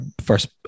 first